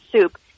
soup